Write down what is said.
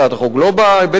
לא בהיבט המינהלי.